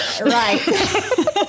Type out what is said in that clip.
Right